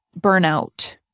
burnout